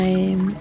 Time